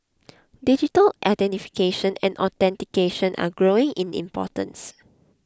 digital identification and authentication are growing in importance